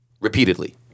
Repeatedly